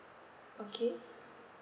okay